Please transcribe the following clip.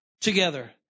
Together